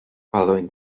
following